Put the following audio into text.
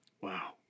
Wow